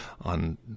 on